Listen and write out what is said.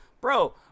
bro